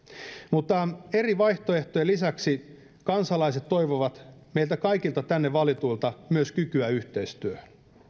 mutta eri vaihtoehtojen lisäksi kansalaiset toivovat meiltä kaikilta tänne valituilta myös kykyä yhteistyöhön